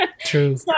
True